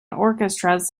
orchestras